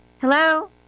Hello